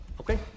Okay